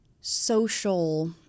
social